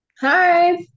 Hi